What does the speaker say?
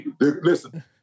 Listen